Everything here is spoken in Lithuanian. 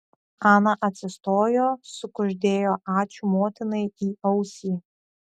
ana atsistojo sukuždėjo ačiū motinai į ausį